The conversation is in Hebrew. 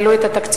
העלו את התקציבים.